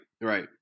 right